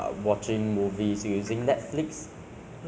so zhe rei have you watched the ah train to busan